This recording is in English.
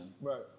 Right